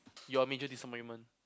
you're a major disappointment